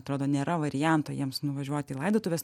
atrodo nėra varianto jiems nuvažiuot į laidotuves